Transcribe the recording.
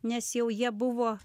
nes jau jie buvo